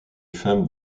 femmes